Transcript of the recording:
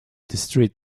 district